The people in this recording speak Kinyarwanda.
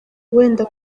wenda